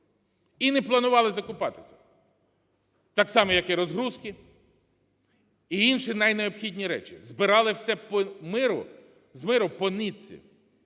і не планували закупатись, так само, як і розгрузки, і інші найнеобхідніші речі. Збирали все з миру по нитці.